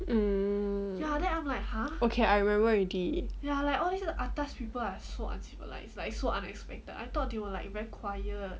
um okay I remember already